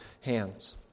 hands